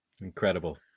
incredible